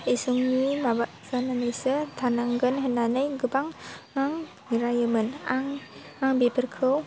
इसुंनि माबा जानानैसो थानांगोन होन्नानै गोबां गोबां रायोमोन आं बेफोरखौ